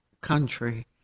country